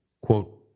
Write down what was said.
quote